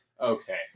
Okay